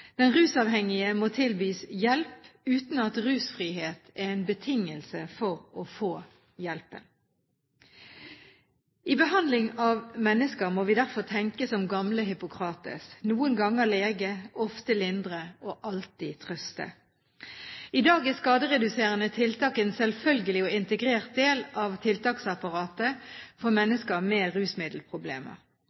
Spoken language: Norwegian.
Den rusavhengige må tilbys hjelp, uten at rusfrihet er en betingelse for å få hjelpen. I behandling av mennesker må vi derfor tenke som gamle Hippokrates: Noen ganger lege, ofte lindre og alltid trøste. I dag er skadereduserende tiltak en selvfølgelig og integrert del av tiltaksapparatet for mennesker med rusmiddelproblemer.